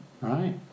right